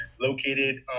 located